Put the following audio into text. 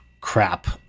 crap